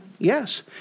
Yes